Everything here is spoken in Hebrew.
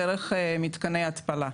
דרך מתקני התפלה.